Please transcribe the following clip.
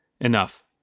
Enough